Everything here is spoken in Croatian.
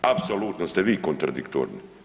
Apsolutno ste vi kontradiktorni.